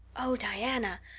oh, diana,